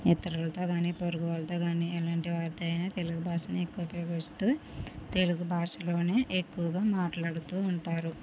ఇతరులతో కానీ పొరుగు వాళ్ళతో కానీ ఇలాంటి వారితో అయినా తెలుగు భాషను ఎక్కువగా ఉపయోగిస్తూ తెలుగు భాషలోనే ఎక్కువగా మాట్లాడుతూ ఉంటారు